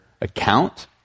account